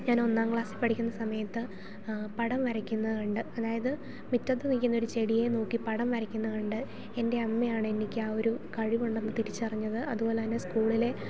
ഞാൻ ഒന്നാം ക്ലാസിൽ പഠിക്കുന്ന സമയത്ത് പടം വരയ്ക്കുന്നത് കണ്ടു അതായത് മുറ്റത്ത് നിൽക്കുന്ന ഒരു ചെടിയേ നോക്കി പടം വരയ്ക്കുന്ന കണ്ടു എൻ്റെ അമ്മയാണ് എനിയ്ക്ക് ആ ഒരു കഴിവുണ്ടെന്ന് തിരിച്ചറിഞ്ഞു അത് അതുപോലെ തന്നെ സ്കൂളിലെ